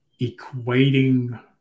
equating